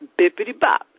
bippity-bop